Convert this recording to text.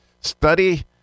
study